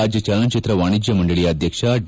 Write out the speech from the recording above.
ರಾಜ್ಯ ಚಲನಚಿತ್ರ ವಾಣಿಜ್ಯ ಮಂಡಳಿಯ ಅಧ್ಯಕ್ಷ ಡಿ